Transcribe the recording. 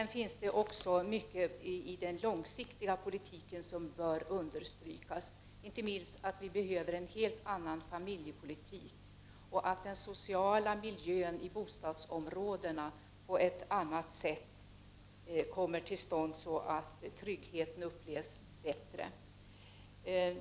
När det gäller den långsiktiga politiken måste det bl.a. understrykas att vi behöver en helt annan familjepolitik och att den sociala miljön i bostadsområdena blir sådan att man där kan känna trygghet.